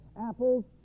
apples